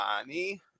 money